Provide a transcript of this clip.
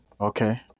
Okay